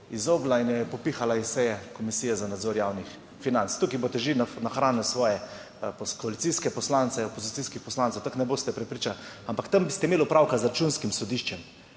izognila in je popihala iz seje Komisije za nadzor javnih financ. Tukaj boste že nahranili svoje koalicijske poslance, opozicijskih poslancev tako ne boste prepričali, ampak tam ste imeli opravka z Računskim sodiščem